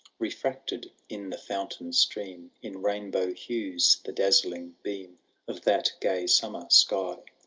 bef racted in the fountain stream. in rainbow hues the dazzling beam of that gay summer sky.